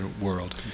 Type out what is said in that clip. world